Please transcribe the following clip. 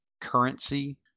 currency